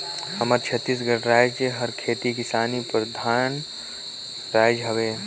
हमर छत्तीसगढ़ राएज हर खेती किसानी परधान राएज हवे